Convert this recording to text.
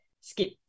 skip